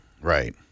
Right